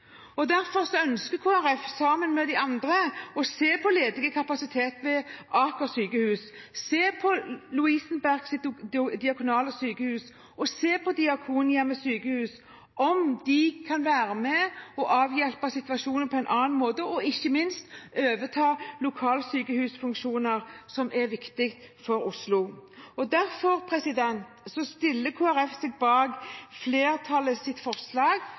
befolkning. Derfor ønsker Kristelig Folkeparti, sammen med de andre, å se på ledig kapasitet ved Aker sykehus, ved Lovisenberg Diakonale Sykehus og ved Diakonhjemmet Sykehus, for å se om de kan være med og avhjelpe situasjonen på en annen måte og ikke minst overta lokalsykehusfunksjoner, som er viktig for Oslo. Derfor stiller Kristelig Folkeparti seg bak flertallets forslag